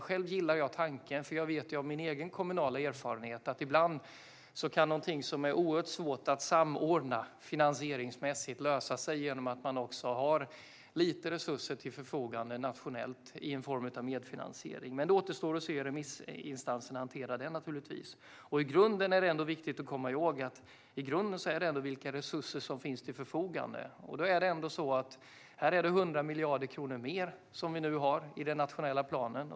Själv gillar jag tanken, för jag vet av min egen kommunala erfarenhet att ibland kan någonting som är oerhört svårt att samordna finansieringsmässigt lösa sig genom att man har lite resurser till förfogande nationellt i en form av medfinansiering. Men det återstår naturligtvis att se hur remissinstanserna hanterar detta. Det är viktigt att komma ihåg att det i grunden handlar om vilka resurser som finns till förfogande. Det är ändå så att vi nu har 100 miljarder kronor mer i den nationella planen.